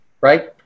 right